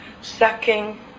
sucking